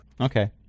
Okay